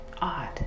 odd